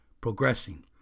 Progressing